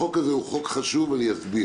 החוק הזה הוא חוק חשוב, ואני אסביר.